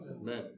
Amen